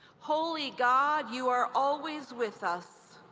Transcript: holy god, you are always with us.